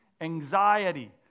anxiety